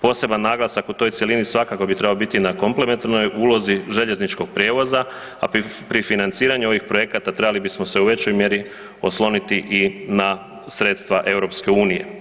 Poseban naglasak u toj cjelini svakako bi trebao biti na komplementarnoj ulozi željezničkog prijevoza, a pri financiranju ovih projekata trebali bismo se u većoj mjeri osloniti i na sredstva EU.